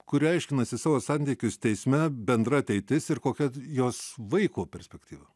kuri aiškinasi savo santykius teisme bendra ateitis ir kokia jos vaiko perspektyva